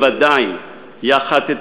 ודאי יחד,